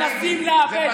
הינה,